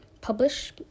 publish